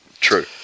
True